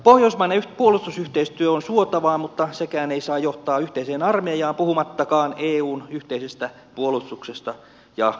pohjoismainen puolustusyhteistyö on suotavaa mutta sekään ei saa johtaa yhteiseen armeijaan puhumattakaan eun yhteisestä puolustuksesta ja armeijasta